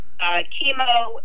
chemo